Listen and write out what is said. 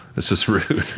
that's just rude.